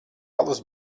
alus